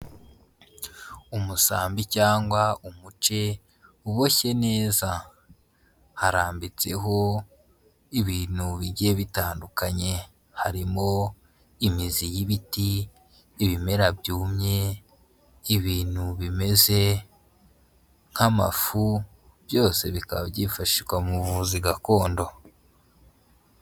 Umusambi cyangwa umuce uboshye neza, harambitseho ibintu bigiye bitandukanye harimo imizi y'ibiti, ibimera byumye, ibintu bimeze nk'amafu byose bikaba byifashishwa mu buvuzi gakondo.